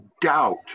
doubt